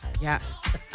Yes